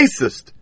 racist